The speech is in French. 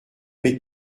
mes